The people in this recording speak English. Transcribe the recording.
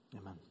Amen